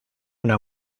una